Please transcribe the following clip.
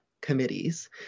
committees